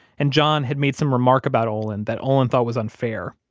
and john had made some remark about olin that olin thought was unfair.